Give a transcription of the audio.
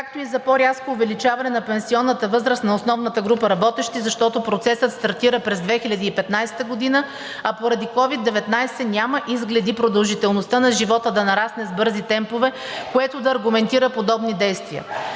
както и за по-рязко увеличаване на пенсионната възраст на основната група работещи, защото процесът стартира през 2015 г., а поради COVID-19 няма изгледи продължителността на живота да нарасне с бързи темпове, което да аргументира подобни действия.